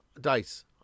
dice